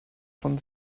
von